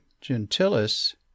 gentilis